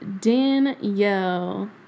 Danielle